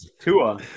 Tua